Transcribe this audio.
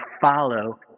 follow